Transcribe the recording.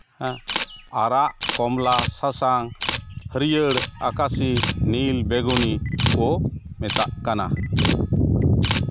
ᱦᱮᱸ ᱟᱨᱟᱜ ᱠᱚᱢᱞᱟ ᱥᱟᱥᱟᱝ ᱦᱟᱹᱨᱭᱟᱹᱲ ᱟᱠᱟᱥᱤ ᱱᱤᱞ ᱵᱮᱸᱜᱩᱱᱤ ᱠᱚ ᱢᱮᱛᱟᱜ ᱠᱟᱱᱟ